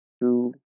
two